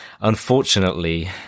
unfortunately